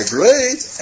great